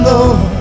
Lord